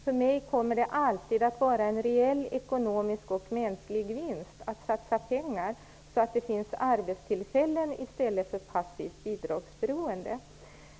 För mig kommer det alltid att vara en reell ekonomisk och mänsklig vinst att satsa pengar så att det finns arbetstillfällen i stället för passivt bidragsberoende.